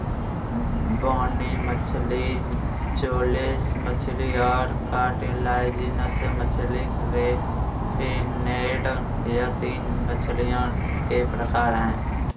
बोनी मछली जौलेस मछली और कार्टिलाजिनस मछली रे फिनेड यह तीन मछलियों के प्रकार है